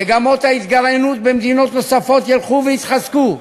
מגמות ההתגרענות במדינות נוספות ילכו ויתחזקו.